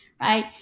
right